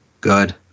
Good